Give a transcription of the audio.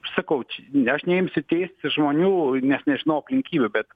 sakau aš neimsiu teisti žmonių nes nežinau aplinkybių bet